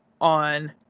on